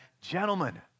gentlemen